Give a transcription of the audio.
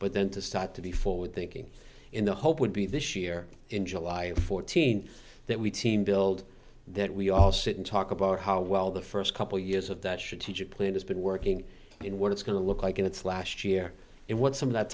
but then to start to be forward thinking in the hope would be this year in july fourteenth that we've seen build that we all sit and talk about how well the first couple of years of that should teach a plan has been working in what it's going to look like in its last year and what some of that